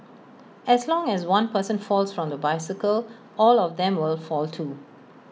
as long as one person falls from the bicycle all of them will fall too